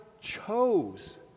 chose